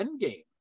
endgame